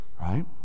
right